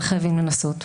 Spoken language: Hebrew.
אבל חייבים לנסות.